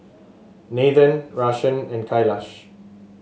Nathan Rajesh and Kailash